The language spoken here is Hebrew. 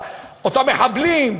אותם מחבלים,